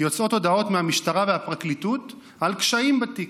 יצאו הודעות מהמשטרה והפרקליטות על קשיים בתיק,